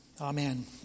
Amen